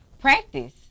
practice